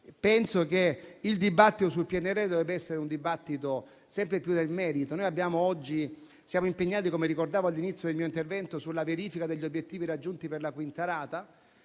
penso che il dibattito sul PNRR dovrebbe essere un dibattito sempre di più nel merito. Noi oggi siamo impegnati, come ricordavo all'inizio del mio intervento, sulla verifica degli obiettivi raggiunti per la quinta rata